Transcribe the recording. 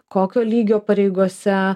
kokio lygio pareigose